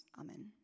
Amen